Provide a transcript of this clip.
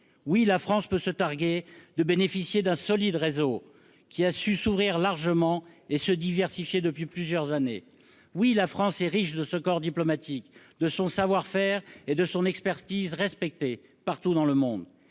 Oui, la France peut se targuer de bénéficier d'un solide réseau, qui a su s'ouvrir largement et se diversifier depuis plusieurs années. Oui, la France est riche de ce corps diplomatique, de son savoir-faire et de son expertise respectée partout dans le monde.